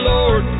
Lord